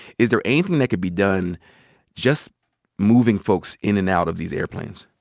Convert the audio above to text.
is there anything that could be done just moving folks in and out of these airplanes?